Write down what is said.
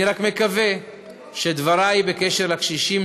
אני רק מקווה שדברי בקשר לקשישים,